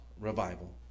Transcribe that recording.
revival